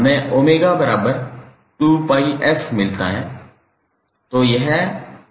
हमें 𝜔 2𝜋𝑓 मिलता है